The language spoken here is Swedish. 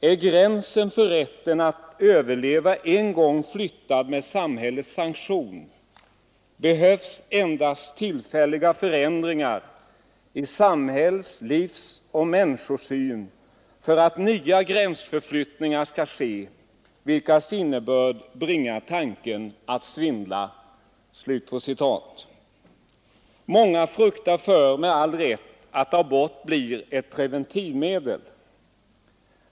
Är gränsen för rätten att överleva en gång flyttad med samhällets sanktion, behövs endast tillfälliga förändringar i samhälls-, livsoch människosyn, för att nya gränsförflyttningar skall ske, vilkas innebörd bringar tanken att svindla. Många fruktar med all rätt, att abort blir ett preventivmedel.